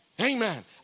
Amen